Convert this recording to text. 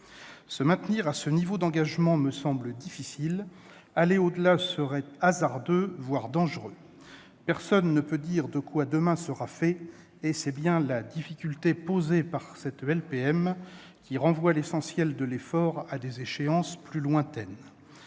Se maintenir à ce niveau d'engagement me semble difficile ; aller au-delà serait hasardeux, voire dangereux. Personne ne peut dire de quoi demain sera fait ; c'est bien là la difficulté posée par cette LPM, qui renvoie l'essentiel de l'effort à des échéances plus lointaines.